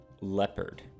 leopard